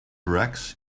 rags